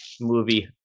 movie